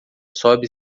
sobe